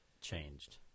changed